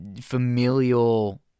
familial